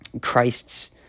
Christ's